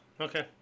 Okay